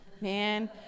man